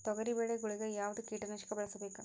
ತೊಗರಿಬೇಳೆ ಗೊಳಿಗ ಯಾವದ ಕೀಟನಾಶಕ ಬಳಸಬೇಕು?